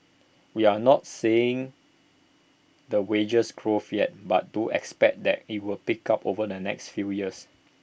we're not seeing the wage growth yet but do expect that will pick up over the next few years